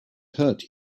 hurt